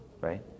right